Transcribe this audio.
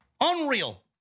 Unreal